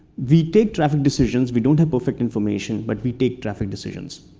we take traffic decisions, we don't have perfect information, but we take traffic decisions.